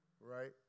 right